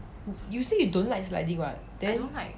you say you don't like sliding [what] then